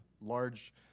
large